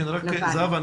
זהבה,